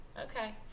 okay